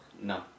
No